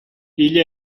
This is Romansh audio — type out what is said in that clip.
igl